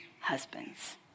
husbands